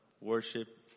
worship